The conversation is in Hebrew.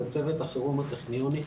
זה צוות החירום הטכניוני,